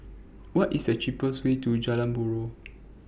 What IS The cheapest Way to Jalan Buroh